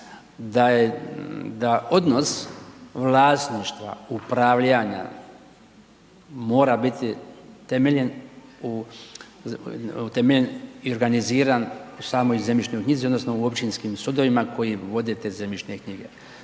da odnos vlasništva upravljanja mora biti temeljen, utemeljen i organiziran u samoj zemljišnoj knjizi odnosno u općinskim sudovima koji vode te zemljišne knjige.